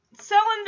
Selling